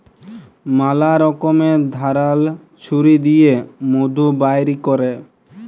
ম্যালা রকমের ধারাল ছুরি দিঁয়ে মধু বাইর ক্যরে